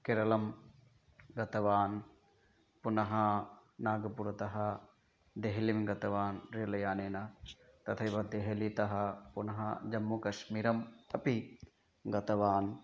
केरलं गतवान् पुनः नागपुरतः देहलीं गतवान् रेलयानेन तथैव देहलीतः पुनः जम्मुकाश्मीरम् अपि गतवान्